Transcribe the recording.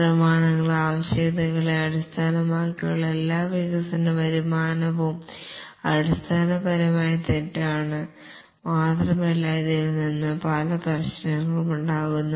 പ്രമാണങ്ങൾ ആവശ്യകതകളെ അടിസ്ഥാനമാക്കിയുള്ള എല്ലാ വികസന വരുമാനവും അടിസ്ഥാനപരമായി തെറ്റാണ് മാത്രമല്ല ഇതിൽ നിന്ന് പല പ്രശ്നങ്ങളും ഉണ്ടാകുന്നു